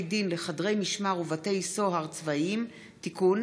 דין לחדרי משמר ובתי סוהר צבאיים) (תיקון),